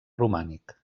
romànic